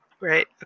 Right